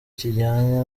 kijyanye